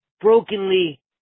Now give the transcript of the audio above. brokenly